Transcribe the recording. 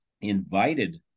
invited